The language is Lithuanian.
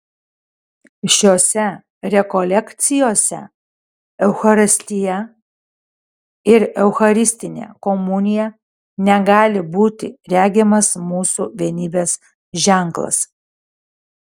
šiose rekolekcijose eucharistija ir eucharistinė komunija negali būti regimas mūsų vienybės ženklas